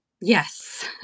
Yes